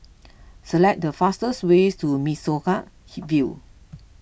select the fastest way to Mimosa View